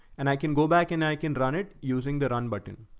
and i can go back and i can run it using the run button.